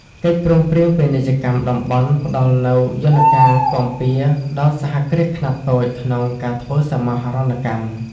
កិច្ចព្រមព្រៀងពាណិជ្ជកម្មតំបន់ផ្ដល់នូវយន្តការគាំពារដល់សហគ្រាសខ្នាតតូចក្នុងការធ្វើសមាហរណកម្ម។